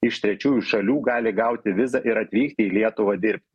iš trečiųjų šalių gali gauti vizą ir atvykti į lietuvą dirbt